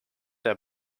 der